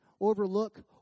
overlook